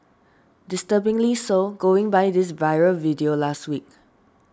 disturbingly so going by this viral video last week